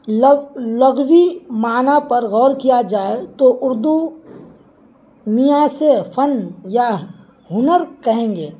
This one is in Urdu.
لغو لغویی معنی پر غور کیا جائے تو اردو میاں سے فن یا ہنر کہیں گے